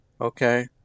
okay